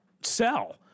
sell